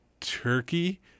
Turkey